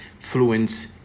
fluence